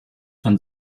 von